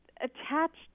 attached